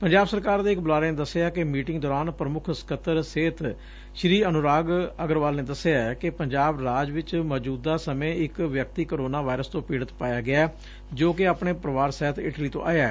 ਪੰਜਾਬ ਸਰਕਾਰ ਦੇ ਇਕ ਬੁਲਾਰੇ ਨੇ ਦੱਸਿਆ ਕਿ ਮੀਟਿੰਗ ਦੌਰਾਨ ਪੁਮੁੱਖ ਸਕੱਤਰ ਸਿਹਤ ਸੀ ਅਨੁਰਾਗ ਅਗਰਵਾਲ ਨੇ ਦੱਸਿਆ ਕਿ ਪੰਜਾਬ ਰਾਜ ਵਿੱਚ ਮੌਚੁਦਾ ਸਮੇ ਇੱਕ ਵਿਅਕਤੀ ਕਰੋਨਾ ਵਾਈਰਸ ਤੋ ਪੀੜਤ ਪਾਇਆ ਗਿਆ ਜੋ ਕਿ ਆਪਣੇ ਪਰਿਵਾਰ ਸਹਿਤ ਇਟਲੀ ਤੋਂ ਆਇਐਂ